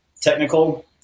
technical